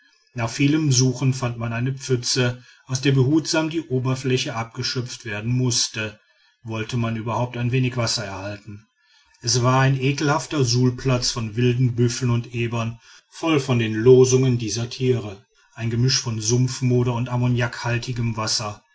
nach vielem suchen fand man eine pfütze aus der behutsam die oberfläche abgeschöpft werden mußte wollte man überhaupt ein wenig wasser erhalten es war ein ekelhafter suhlplatz von wilden büffeln und ebern voll von den losungen dieser tiere ein gemisch von sumpfmoder und ammoniakhaltigem wasser